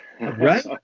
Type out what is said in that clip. Right